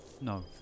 No